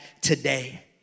today